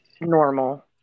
normal